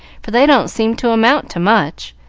for they don't seem to amount to much,